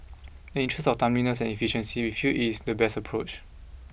in the interest of timeliness and efficiency we feel it is the best approach